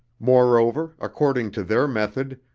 moreover, according to their method,